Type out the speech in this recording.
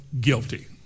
guilty